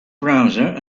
browser